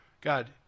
God